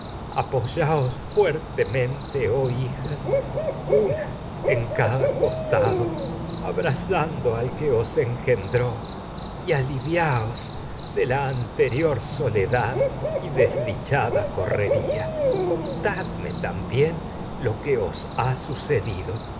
yaos fuertemente oh hijas una en cada costado abra al zando que os engendró y aliviaos de la anterior sotragedias t e sófocles ledad y desdichada correría contadme también lo que pex o os ha sucedido